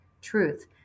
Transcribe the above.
truth